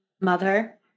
mother